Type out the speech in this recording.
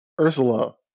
Ursula